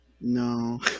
No